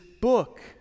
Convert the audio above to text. book